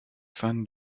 fan